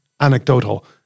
anecdotal